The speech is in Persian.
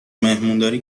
مهمونداری